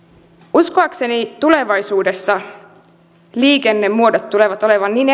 uskoakseni tulevaisuudessa liikennemuodot tulevat olemaan niin